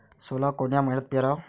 सोला कोन्या मइन्यात पेराव?